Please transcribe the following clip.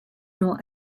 nor